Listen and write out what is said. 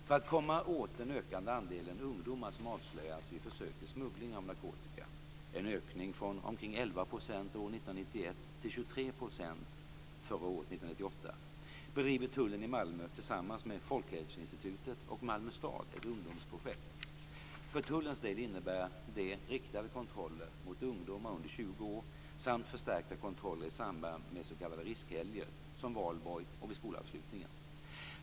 För att komma åt den ökande andelen ungdomar som avslöjas vid försök till smuggling av narkotika - en ökning från omkring 11 % år 1991 till 23 % förra året, 1998 - bedriver tullen i Malmö tillsammans med Folkhälsoinstitutet och Malmö stad ett ungdomsprojekt. För tullens del innebär det riktade kontroller mot ungdomar under 20 år samt förstärkta kontroller i samband med s.k. riskhelger, som Valborg och vid skolavslutningen.